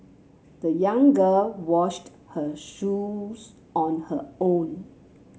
the young girl washed her shoes on her own